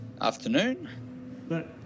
Afternoon